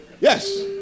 Yes